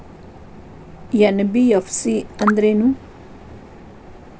NBFC ಅಂದ್ರೇನು?